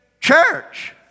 church